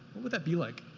would that be like?